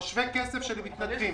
או שווה כסף במתנדבים.